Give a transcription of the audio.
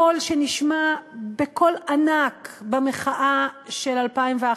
קול שנשמע בענק במחאה של 2011,